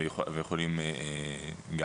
ויכולים גם